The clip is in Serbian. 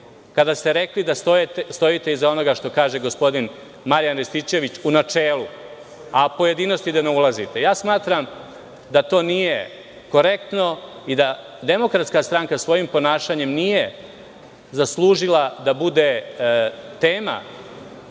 kada ste rekli da stojite iza onoga što kaže gospodin Marjan Rističević u načelu, a u pojedinosti da ne ulazite. Smatram da to nije korektno i da DS svojim ponašanjem nije zaslužila da bude tema